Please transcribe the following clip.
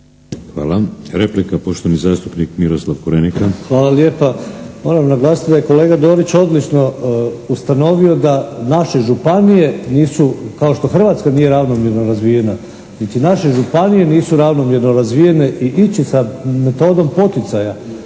Hvala. Replika poštovani zastupnik Miroslav Korenika. **Korenika, Miroslav (SDP)** Hvala lijepa. Moram naglasiti da je kolega Dorić odlično ustanovio da naše županije nisu kao što Hrvatska nije ravnomjerno razvijena niti naše županije nisu ravnomjerno razvijene i ići sa metodom poticaja